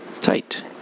tight